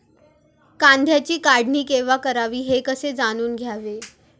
कांद्याची काढणी केव्हा करावी हे कसे जाणून घ्यावे?